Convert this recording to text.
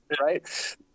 Right